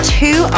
two